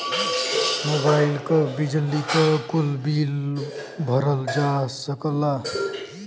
mobile क, बिजली क, कुल बिल भरल जा सकला